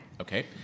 Okay